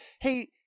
Hey